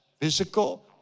Physical